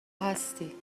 هستی